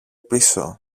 πίσω